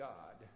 God